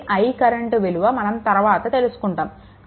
కాబట్టి I current విలువ మనం తరువాత తెలుసుకుంటాము